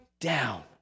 down